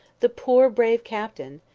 the poor, brave captain!